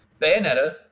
Bayonetta